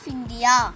India